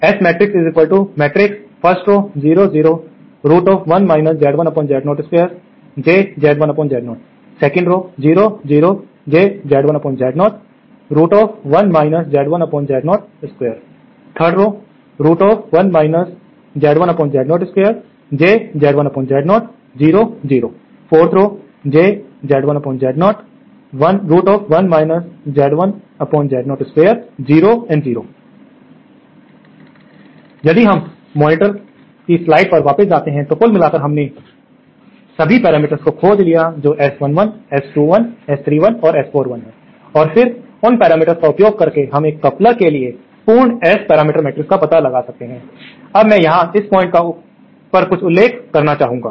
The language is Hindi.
इसलिए यदि हम मॉनिटर पर स्लाइड्स पर वापस जाते हैं तो कुल मिलाकर इसलिए हमने सभी पैरामीटर्स को खोज लिया है जो S11 S21 S31 और S41 हैं और फिर उन पैरामीटर्स का उपयोग करके हम एक कपलर के लिए पूर्ण एस पैरामीटर मैट्रिक्स पता लगा सकते हैं अब मैं यहां इस पॉइंट पर कुछ का उल्लेख करना चाहूंगा